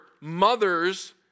mothers